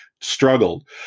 struggled